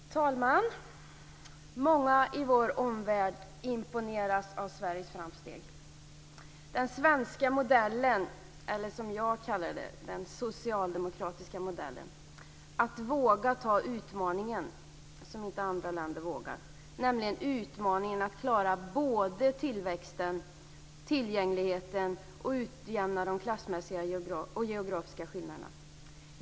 Fru talman! Många i vår omvärld imponeras av Sveriges framsteg. Den svenska modellen, eller den socialdemokratiska modellen som jag kallar den, innebär att våga ta den utmaning som inte andra länder gör att både klara tillväxten och tillgängligheten och utjämna de klassmässiga och geografiska skillnaderna.